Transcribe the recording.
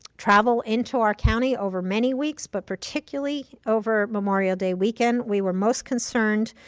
travel into our county over many weeks, but particularly over memorial day weekend, we were most concerned.